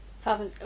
Father